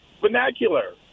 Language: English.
vernacular